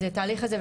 התהליך הזה,